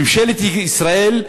ממשלת ישראל,